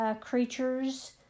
creatures